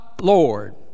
Lord